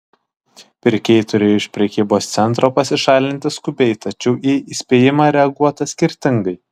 pirkėjai turėjo iš prekybos centro pasišalinti skubiai tačiau į įspėjimą reaguota skirtingai